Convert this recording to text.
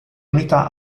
unità